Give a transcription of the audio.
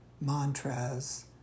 mantras